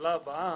הטבלה הבאה,